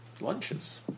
lunches